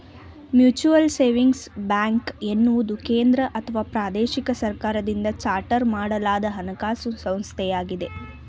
mutual savings bank ಎನ್ನುವುದು ಕೇಂದ್ರಅಥವಾ ಪ್ರಾದೇಶಿಕ ಸರ್ಕಾರದಿಂದ ಚಾರ್ಟರ್ ಮಾಡಲಾದ ಹಣಕಾಸು ಸಂಸ್ಥೆಯಾಗಿದೆ